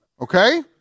okay